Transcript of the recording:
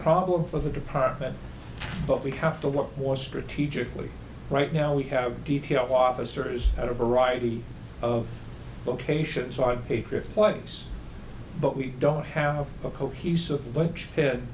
problem for the department but we have to look more strategically right now we have details officers at a variety of locations on a trip place but we don't have a cohesive bunch